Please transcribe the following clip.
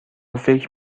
فکر